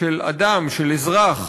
של אדם, של אזרח,